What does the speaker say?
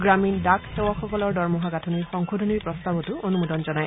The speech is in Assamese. গ্ৰামীণ ডাক সেৱকসকলৰ দৰমহা গাঁথনিৰ সংশোধনীৰ প্ৰস্তাৱতো অনুমোদন জনায়